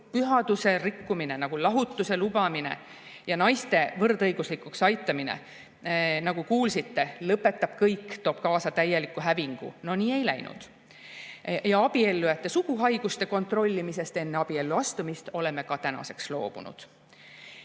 pühaduse rikkumine nagu lahutuse lubamine ja naiste võrdõiguslikuks aitamine, nagu kuulsite, lõpetab kõik, toob kaasa täieliku hävingu. No nii ei läinud. Ja abiellujate suguhaiguste kontrollimisest enne abiellu astumist oleme tänaseks loobunud.